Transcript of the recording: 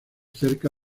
cerca